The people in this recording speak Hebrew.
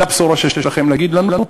זו הבשורה שיש לכם לתת לנו?